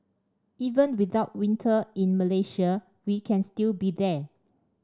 even without winter in Malaysia we can still be there